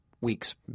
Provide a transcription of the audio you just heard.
week's